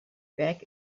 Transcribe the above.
back